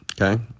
Okay